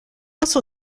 also